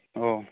अ